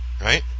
right